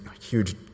huge